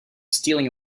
stealing